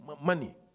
money